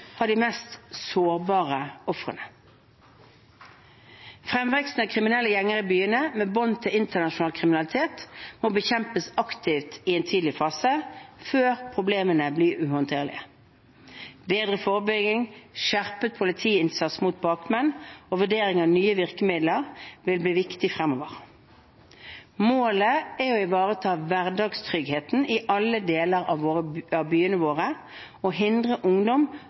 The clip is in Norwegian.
har de mest sårbare ofrene. Fremveksten av kriminelle gjenger i byene, med bånd til internasjonal kriminalitet, må bekjempes aktivt i en tidlig fase, før problemene blir uhåndterlige. Bedre forebygging, skjerpet politiinnsats mot bakmenn og vurdering av nye virkemidler vil bli viktig fremover. Målet er å ivareta hverdagstryggheten i alle deler av byene våre og å hindre ungdom